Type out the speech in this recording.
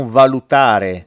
valutare